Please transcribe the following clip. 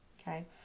Okay